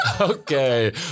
Okay